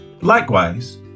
Likewise